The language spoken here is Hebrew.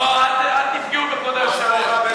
לא, אל תפגעו בכבוד היושב-ראש.